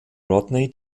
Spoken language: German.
rodney